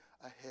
ahead